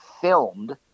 filmed